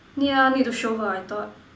ya need to show her I thought